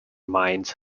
mines